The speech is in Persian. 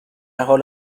حال